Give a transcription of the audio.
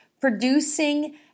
producing